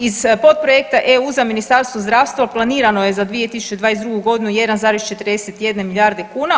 Iz potprojekta EU za Ministarstvo zdravstva planirano je za 2022. godinu 1,41 milijarde kuna.